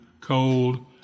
cold